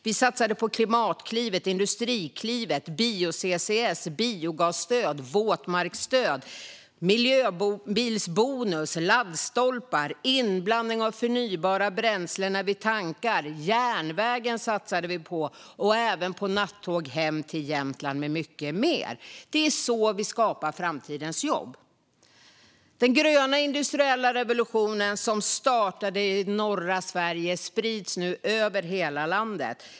Vi satsade på Klimatklivet, Industriklivet, bio-CCS, biogasstöd, våtmarksstöd, miljöbilsbonus, laddstolpar och inblandning av förnybara bränslen när vi tankar. Vi satsade på järnvägen och även på nattåg hem till Jämtland och mycket mer. Det är så vi skapar framtidens jobb. Den gröna industriella revolutionen som startade i norra Sverige sprids nu över hela landet.